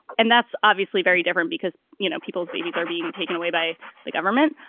and that's obviously very different because, you know, people's babies are being taken away by the government.